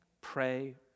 pray